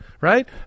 right